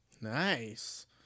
Nice